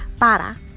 Para